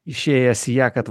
išėjęs į ją kad